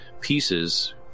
pieces